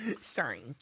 Sorry